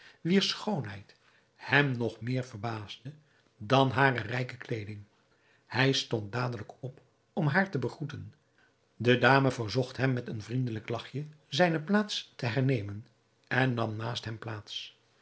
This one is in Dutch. wier schoonheid hem nog meer verbaasde dan hare rijke kleeding hij stond dadelijk op om haar te begroeten de dame verzocht hem met een vriendelijk lachje zijne plaats te hernemen en nam naast hem plaats